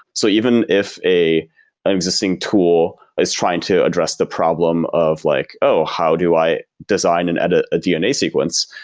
so even if a existing tool is trying to address the problem of like, oh, how do i design and edit a dna sequence?